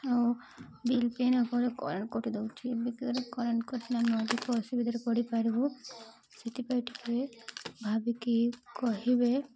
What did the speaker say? ଆଉ bill pay ନ କଲେ କରେଣ୍ଟ୍ କାଟି ଦେଉଛି ବେକାର କରେଣ୍ଟ୍ କଟିଲେ ଆମେ ଅଧିକ ଅସୁବିଧାରେ ପଡ଼ିିପାରିବୁ ସେଥିପାଇଁ ଟିକେ ଭାବିକି କହିବେ